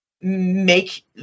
make